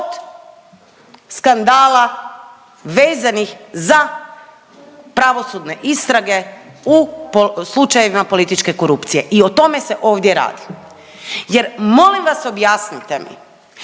skandala vezanih za pravosudne istrage u slučajevima političke korupcije. I o tome se ovdje radi, jer molim vas objasnite mi